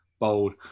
Bold